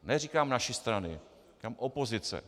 Neříkám naší strany, říkám opozice.